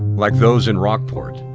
like those in rockport,